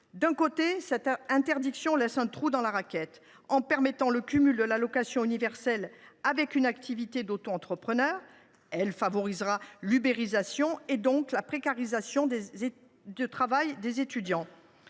D’une part, cette interdiction laisse un trou dans la raquette : en permettant le cumul de l’allocation universelle avec une activité d’autoentrepreneur, elle favorisera l’ubérisation et, donc, la précarisation du travail des étudiants.